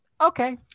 Okay